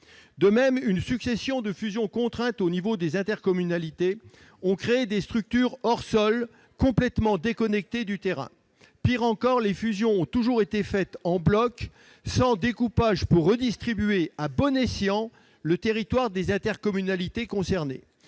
De même, une succession de fusions contraintes à l'échelon des intercommunalités a créé des structures hors sol complètement déconnectées du terrain. Pis encore, les fusions ont presque toujours été faites en bloc, sans découpage pour redistribuer à bon escient le territoire des intercommunalités concernées.